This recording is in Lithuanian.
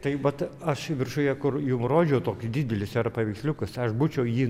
tai vat aš viršuje kur jum rodžiau toks didelis yra paveiksliukas aš būčiau jį